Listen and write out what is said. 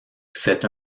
c’est